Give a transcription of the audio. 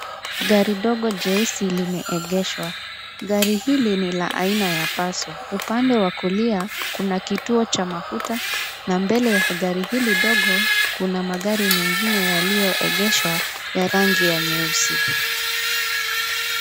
Gari ndogo jeusi limeegeshwa. Gari hili ni la aina ya Passo. Upande wa kulia kuna kituo cha mafuta na mbele ya gari hili ndogo kuna magari mengine yaliyoegeshwa ya rangi ya nyeusi.